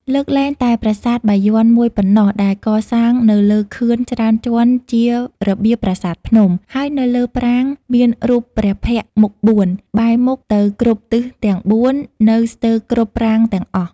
លើកលែងតែប្រាសាទបាយ័នមួយប៉ុណ្ណោះ ដែលកសាងនៅលើខឿនច្រើនជាន់ជារបៀបប្រាសាទភ្នំ ហើយនៅលើប្រាង្គ មានរូបព្រះភ័ក្ត្រមុខបួន បែរមុខទៅគ្រប់ទិសទាំងបួននៅស្ទើរគ្រប់ប្រាង្គទាំងអស់។